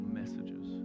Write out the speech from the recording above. messages